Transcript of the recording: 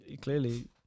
clearly